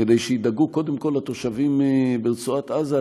כדי שידאגו קודם כול לתושבים ברצועת עזה,